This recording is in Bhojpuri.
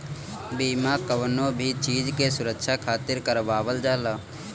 बीमा कवनो भी चीज के सुरक्षा खातिर करवावल जाला